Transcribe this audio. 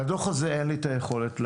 אבל לדוח הזה אין לי את היכולת לעשות.